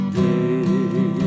day